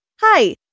Hi